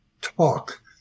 talk